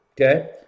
okay